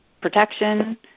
protection